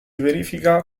verifica